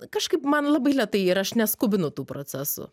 kažkaip man labai lėtai ir aš neskubinu tų procesų